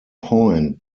point